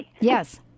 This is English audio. Yes